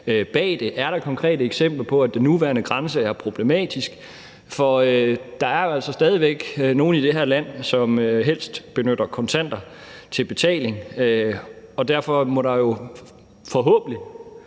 bag det? Er der konkrete eksempler på, at den nuværende grænse er problematisk? For der er jo altså stadig væk nogen i det her land, som helst benytter kontanter til betaling, og derfor må der jo fra